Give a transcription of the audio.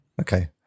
Okay